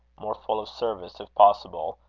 more full of service, if possible,